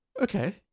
Okay